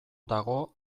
dago